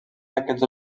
d’aquests